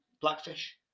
blackfish